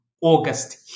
August